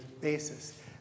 basis